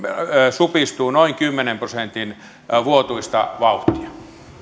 supistuu noin kymmenen prosentin vuotuista vauhtia